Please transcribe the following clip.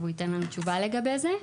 והוא ייתן לנו תשובה לגבי זה.